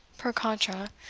per contra,